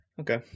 Okay